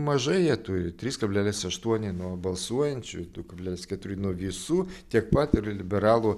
mažai jie turi trys kablelis aštuoni nuo balsuojančių du kablelis keturi nuo visų tiek pat ir liberalų